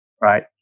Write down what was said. right